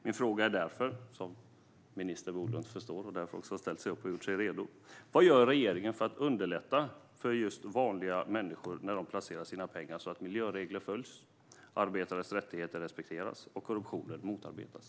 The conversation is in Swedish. Min fråga till minister Bolund är: Vad gör regeringen för att underlätta för vanliga människor när de placerar sina pengar så att miljöregler följs, arbetares rättigheter respekteras och korruption motarbetas?